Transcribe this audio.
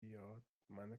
بیاد، منو